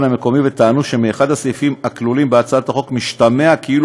המקומי וטענו שמאחד הסעיפים בהצעת החוק משתמע כאילו